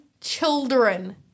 children